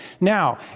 Now